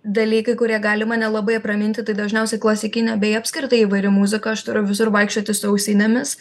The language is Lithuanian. dalykai kurie gali mane labai apraminti tai dažniausiai klasikinė bei apskritai įvairi muziką aš turiu visur vaikščioti su ausinėmis